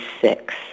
six